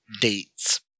dates